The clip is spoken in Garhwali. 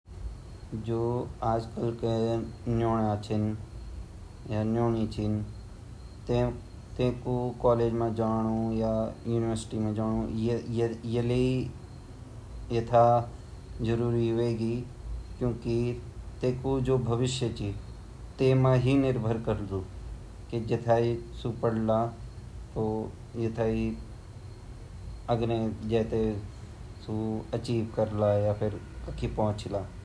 मेरा हिसाब से ता सब बच्चू ते स्कूल जान्द चैन्ड चाहे उ छोटा छिन चाहे बड़ा छिन जबतक उंगी पूरी पढ़ें नी वेई तबतक जबतक ऊ मेंटली प्रेपर नि वेई तबतक उते पढ़न चैन कई बच्चा जल्दी त्यार वे जान उगु माइंड भोत अछू वे जान कई बच्चा ज़रा लेट से अच्छा वोन ता उते पढ़न ज़रूर चैन पढ़ेते मेंटली फ्रेश रन बच्चा।